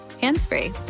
hands-free